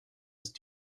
ist